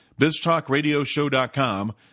biztalkradioshow.com